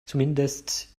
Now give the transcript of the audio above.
zumindest